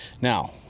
Now